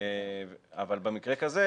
אבל במקרה כזה